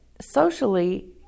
socially